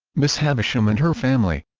miss havisham and her family